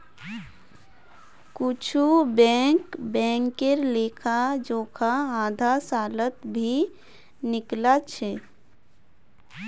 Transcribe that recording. कुछु बैंक बैंकेर लेखा जोखा आधा सालत भी निकला छ